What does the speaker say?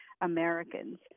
Americans